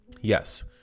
Yes